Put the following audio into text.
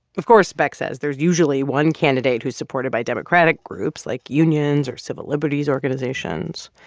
of course, beck says, there's usually one candidate who's supported by democratic groups, like unions or civil liberties organizations,